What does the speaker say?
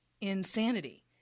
insanity